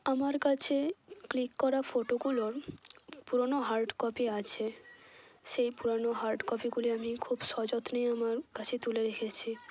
আমার কাছে ক্লিক করা ফোটোগুলোর পুরোনো হার্ড কপি আছে সেই পুরানো হার্ড কপিগুলি আমি খুব সযত্নে আমার কাছে তুলে রেখেছি